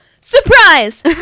Surprise